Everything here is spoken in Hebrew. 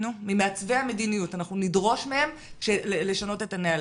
ממעצבי המדיניות אנחנו נדרוש לשנות את הנהלים.